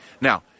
Now